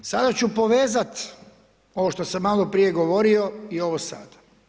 Sada ću povezati ovo što sam malo prije govorio i ovo sada.